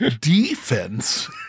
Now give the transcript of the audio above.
Defense